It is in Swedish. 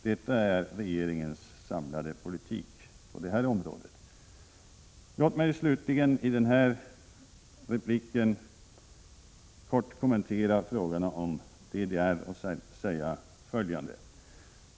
Detta är regeringens samlade politik på detta område. Låt mig slutligen i detta inlägg kort kommentera frågorna om DDR.